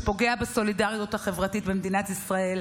שפוגע בסולידריות החברתית במדינת ישראל,